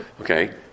okay